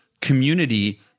community